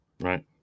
Right